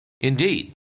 Indeed